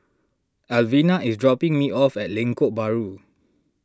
Alvena is dropping me off at Lengkok Bahru